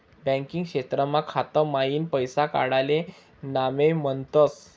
banking क्षेत्रमा खाता मईन पैसा काडाले नामे म्हनतस